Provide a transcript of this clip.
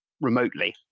remotely